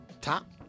top